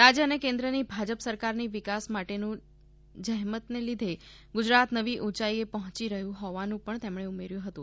રાજય અને કેન્દ્રની ભાજપ સરકારની વિકાસ માટેનું જહેમતને લીધે ગુજરાત નવી ઊંચાઈએ પહોયી રહ્યું હોવાનું પણ તેમણે ઉમેર્યું હતું